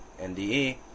NDE